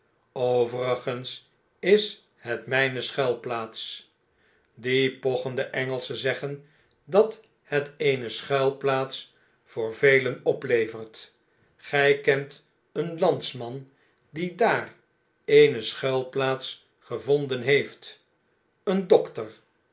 overigens is het myne schuilplaats die pochende engelschen zeggen dat het eene schuilplaats voor velen oplevert gy kent een landsman die daar eene schuilplaats gevonden heeft een dokter